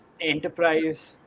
enterprise